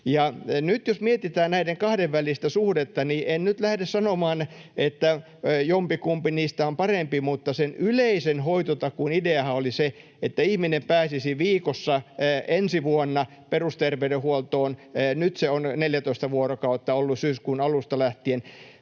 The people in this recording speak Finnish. jos mietitään näiden kahden välistä suhdetta, niin en nyt lähde sanomaan, että jompikumpi niistä on parempi, mutta sen yleisen hoitotakuun ideahan oli se, että ihminen pääsisi viikossa ensi vuonna perusterveydenhuoltoon — nyt se on 14 vuorokautta ollut syyskuun alusta lähtien.